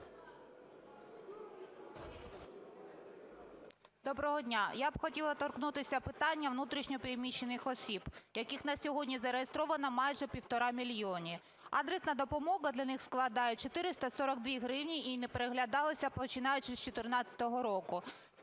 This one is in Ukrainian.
Доброго дня. Я б хотіла торкнутися питання внутрішньо переміщених осіб, яких на сьогодні зареєстровано майже 1,5 мільйона. Адресна допомога для них складає 442 гривні і не переглядалася, починаючи з 14-го року.